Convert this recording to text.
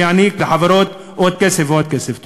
שיעניק לחברות עוד כסף ועוד כסף.